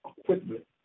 equipment